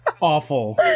awful